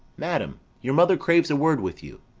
madam, your mother craves a word with you.